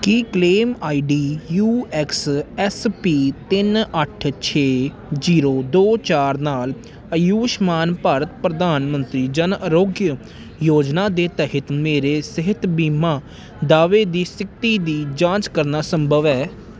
ਕੀ claim ID U X S P ਤਿੰਨ ਅੱਠ ਛੇ ਜੀਰੋ ਦੋ ਚਾਰ ਨਾਲ ਆਯੁਸ਼ਮਾਨ ਭਾਰਤ ਪ੍ਰਧਾਨ ਮੰਤਰੀ ਜਨ ਆਰੋਗਯ ਯੋਜਨਾ ਦੇ ਤਹਿਤ ਮੇਰੇ ਸਿਹਤ ਬੀਮਾ ਦਾਅਵੇ ਦੀ ਸਥਿਤੀ ਦੀ ਜਾਂਚ ਕਰਨਾ ਸੰਭਵ ਹੈ